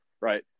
right